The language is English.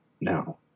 now